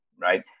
right